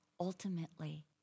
ultimately